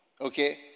Okay